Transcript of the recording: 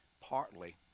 partly